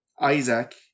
Isaac